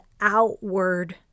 outward